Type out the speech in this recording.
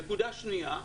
נקודה שנייה,